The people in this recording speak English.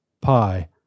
Pi